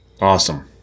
Awesome